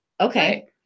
Okay